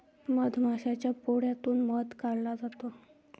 मधमाशाच्या पोळ्यातून मध काढला जातो